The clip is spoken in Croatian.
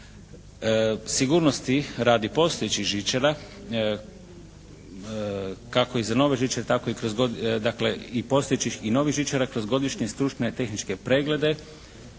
Sigurnosti radi postojećih žičara kako i za nove žičare tako i kroz, dakle i postojećih i novih žičara kroz godišnje stručne tehničke preglede